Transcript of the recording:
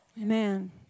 Amen